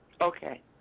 Okay